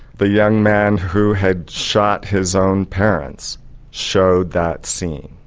the young man who had shot his own parents showed that scene.